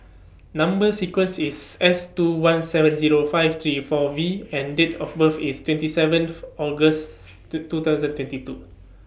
Number sequence IS S two one seven Zero five three four V and Date of birth IS twenty seven August two two thousand twenty two